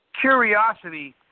curiosity